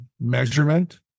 measurement